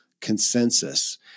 consensus